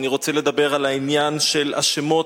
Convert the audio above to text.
ואני רוצה לדבר על העניין של השמות.